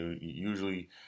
Usually